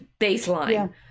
baseline